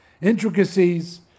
intricacies